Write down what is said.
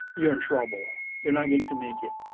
you're in trouble. you're not going to make it.